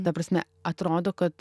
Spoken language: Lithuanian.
ta prasme atrodo kad